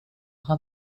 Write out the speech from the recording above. haga